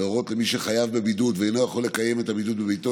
להורות למי שחייב בבידוד ואינו יכול לקיים את הבידוד בביתו